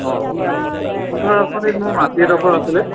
অঁ অঁ বসুন্থাৰ আঁচনিত মোৰ মাটি এডোখৰ আছিলে